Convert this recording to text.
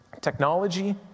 technology